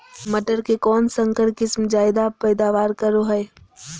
मटर के कौन संकर किस्म जायदा पैदावार करो है?